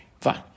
Fine